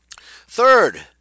Third